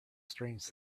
strange